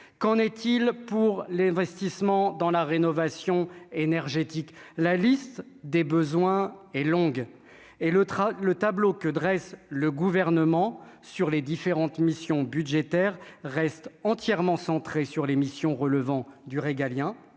qu'en est-il pour l'investissement dans la rénovation énergétique, la liste des besoins et longue et le train, le tableau que dresse le gouvernement sur les différentes missions budgétaires reste entièrement centré sur les missions relevant du régalien